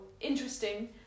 interesting